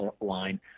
line